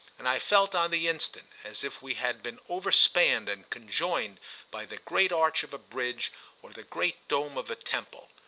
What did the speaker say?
and i felt on the instant as if we had been overspanned and conjoined by the great arch of a bridge or the great dome of a temple.